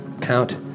Count